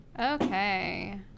Okay